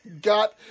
got